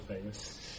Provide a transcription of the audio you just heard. famous